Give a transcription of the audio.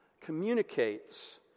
communicates